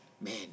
Man